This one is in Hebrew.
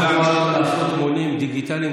לא חשבו על עשיית מונים דיגיטליים,